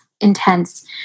intense